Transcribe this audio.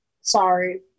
Sorry